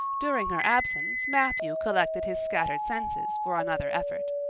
during her absence matthew collected his scattered senses for another effort.